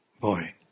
boy